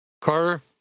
Carter